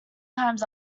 times